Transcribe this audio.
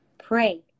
Pray